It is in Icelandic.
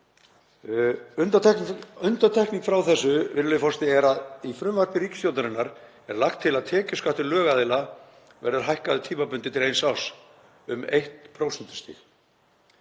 Undantekning frá þessu, virðulegi forseti, er að í frumvarpi ríkisstjórnarinnar er lagt til að tekjuskattur lögaðila verði hækkaður tímabundið til eins árs um 1